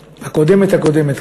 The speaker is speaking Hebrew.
הקודמת-הקודמת,